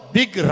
big